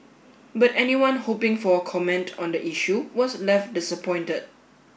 but anyone hoping for a comment on the issue was left disappointed